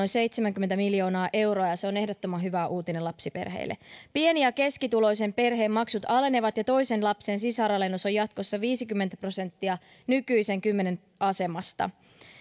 seitsemänkymmentä miljoonaa euroa ja se on ehdottoman hyvä uutinen lapsiperheille pieni ja keskituloisen perheen maksut alenevat ja toisen lapsen si saralennus on jatkossa viisikymmentä prosenttia nykyisen kymmenen asemasta